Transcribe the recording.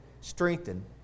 strengthen